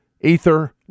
Ether